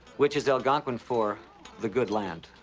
which is algonquin for the good land.